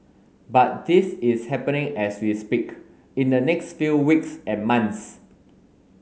but this is happening as we speak in the next few weeks and months